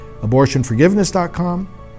Abortionforgiveness.com